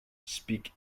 speak